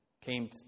came